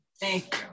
Thank